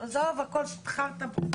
עזוב, הכול חרטא.